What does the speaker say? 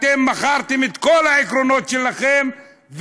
אתם מכרתם את כל העקרונות שלכם,